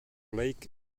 lake